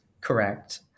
Correct